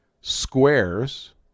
squares